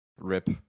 rip